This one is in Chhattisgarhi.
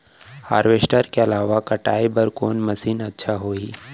हारवेस्टर के अलावा कटाई बर कोन मशीन अच्छा होही?